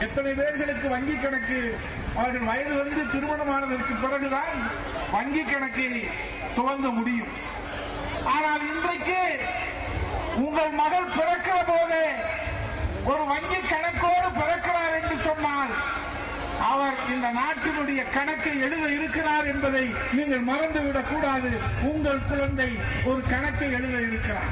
எத்தனை பேருக்கு வங்கிக் கணக்கு அவர்கள் வயது வந்து கிரமணமான பிறகுதான் வங்கிக் கணக்கு தொடங்க முடியும் ஆனால் இன்றைக்கு உங்கள் மகள் பிறக்கும்போதே அவள் ஒரு வங்கி கணக்கோடு பிறக்கிறாள் என்றால் அவள் இந்த நாட்டினுடைய கணக்கை எழுத இருக்கிறாள் என்பதை நீங்கள் மறந்துவிடக்கூடாது உங்கள் குழந்தை ஒரு கணக்கை எழுத இருக்கிறாள்